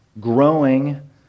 growing